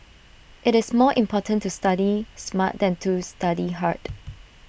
IT is more important to study smart than to study hard